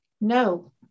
No